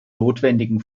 notwendigen